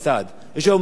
יש היום דוח חדש,